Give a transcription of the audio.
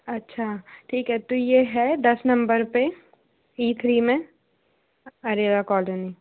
अच्छा ठीक है तो ये है दस नंबर पे ई थ्री में अरेरा कॉलोनी